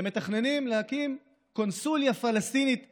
הם מתכננים להקים קונסוליה פלסטינית בירושלים,